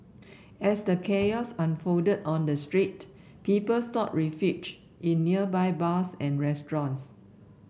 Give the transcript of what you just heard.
as the chaos unfolded on the street people sought refuge in nearby bars and restaurants